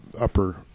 Upper